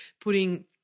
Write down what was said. putting